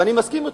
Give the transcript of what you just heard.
ואני מסכים אתו.